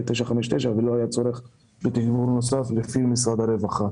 959 ולא היה צורך בתגבור נוסף לפי משרד הרווחה.